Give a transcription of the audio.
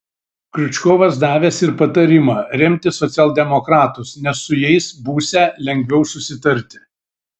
kriučkovas davęs ir patarimą remti socialdemokratus nes su jais būsią lengviau susitarti